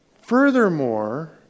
furthermore